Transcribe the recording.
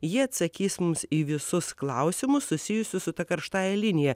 ji atsakys mums į visus klausimus susijusius su ta karštąja linija